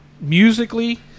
Musically